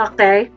Okay